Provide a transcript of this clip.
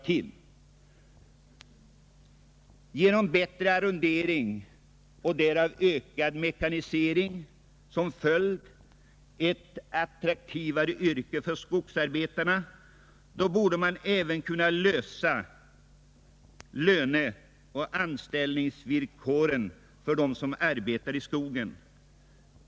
Bättre samordning och arrondering med ökad mekanisering som följd skapar förutsättningar för bättre löneoch anställningsvillkor, och skogsarbetet blir därigenom ett mera attraktivt yrke.